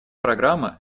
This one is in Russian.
программа